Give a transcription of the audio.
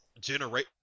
generate-